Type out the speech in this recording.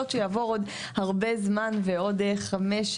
ועוד חמש,